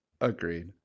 Agreed